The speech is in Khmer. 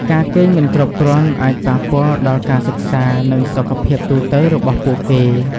ការគេងមិនគ្រប់គ្រាន់អាចប៉ះពាល់ដល់ការសិក្សា និងសុខភាពទូទៅរបស់ពួកគេ។